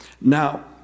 Now